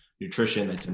nutrition